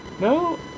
No